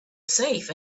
safe